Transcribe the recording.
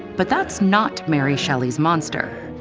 but that's not mary shelley's monster.